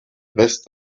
rest